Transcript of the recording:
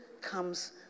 comes